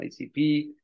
ICP